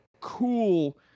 cool